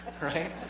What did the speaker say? right